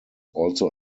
also